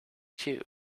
cue